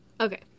Okay